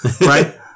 Right